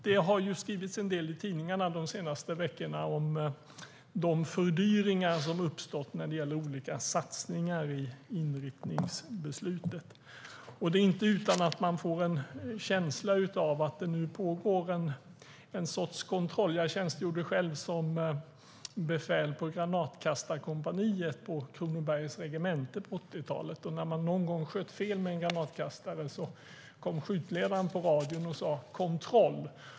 Det har skrivits en del i tidningarna de senaste veckorna om de fördyringar som uppstått när det gäller olika satsningar i inriktningsbeslutet. Det är inte utan att man får en känsla av att det nu pågår en sorts kontroll. Jag tjänstgjorde själv som befäl på granatkastarkompaniet på Kronobergs regemente på 80-talet. När man någon gång sköt fel med en granatkastare kom skjutledaren på radion och sa: Kontroll!